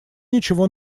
ничего